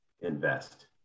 invest